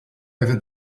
ever